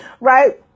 right